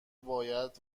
باید